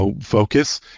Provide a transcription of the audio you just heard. focus